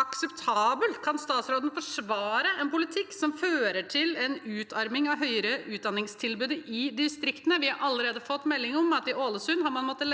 akseptabelt? Kan statsråden forsvare en politikk som fører til en utarming av det høyere utdanningstilbudet i distriktene? Vi har allerede fått melding om at man i Ålesund har måttet legge